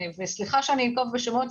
סליחה שאני לא טובה בשמות,